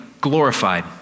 glorified